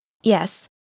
Yes